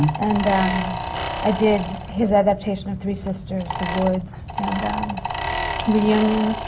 and i did his adaption of three sisters, the woods, and um reunion,